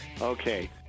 Okay